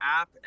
app